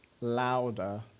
louder